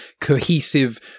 cohesive